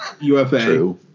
UFA